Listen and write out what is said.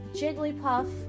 Jigglypuff